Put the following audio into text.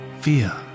fear